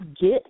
get